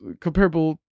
comparable